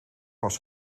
was